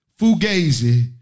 fugazi